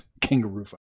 Kangaroo